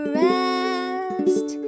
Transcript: rest